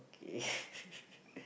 okay